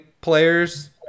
players